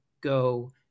go